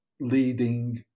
leading